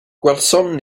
gwelsom